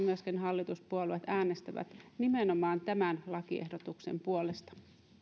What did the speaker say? myöskin hallituspuolueet äänestävät nimenomaan tämän lakiehdotuksen puolesta